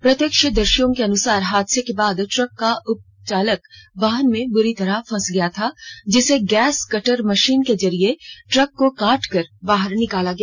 प्रत्यक्षदर्शियों के अनुसार हादसे के बाद ट्रक का उपचालक वाहन में बूरी तरह फंस गया था जिसे गैस कटर मशीन के जरिये ट्रक को काटकर बाहर निकाला गया